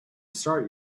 start